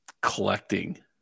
collecting